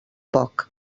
poc